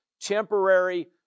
temporary